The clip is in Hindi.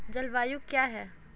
जलवायु क्या है?